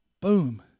boom